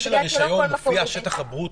הבעיה שברישיון השטח ברוטו.